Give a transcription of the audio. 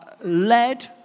led